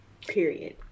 Period